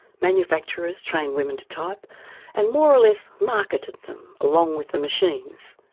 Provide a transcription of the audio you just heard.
manufacturers trained women to type and more or less marketed them along with the machines.